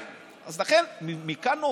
לדעתי,